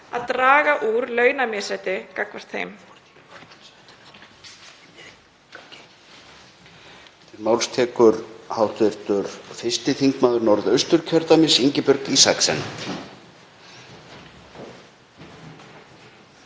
að draga úr launamisrétti gagnvart þeim.